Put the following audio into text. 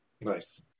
Nice